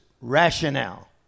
rationale